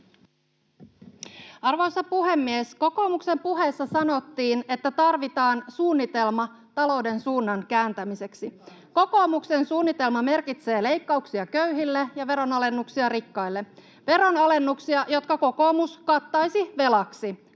Arvoisa puhemies! Kokoomuksen puheessa sanottiin, että tarvitaan suunnitelma talouden suunnan kääntämiseksi. Kokoomuksen suunnitelma merkitsee leikkauksia köyhille ja veronalennuksia rikkaille — veronalennuksia, jotka kokoomus kattaisi velaksi,